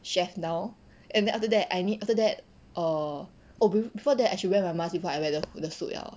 chef now and then after that I need after that err oh before that I should wear my mask before I wear the the foot liao